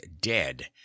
dead